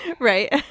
right